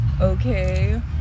okay